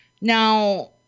Now